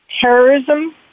Terrorism